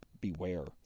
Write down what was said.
Beware